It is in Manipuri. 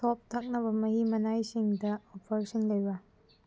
ꯁꯣꯐ ꯊꯛꯅꯕ ꯃꯍꯤ ꯃꯅꯥꯏꯁꯤꯡꯗ ꯑꯣꯐꯔꯁꯤꯡ ꯂꯩꯕ꯭ꯔꯥ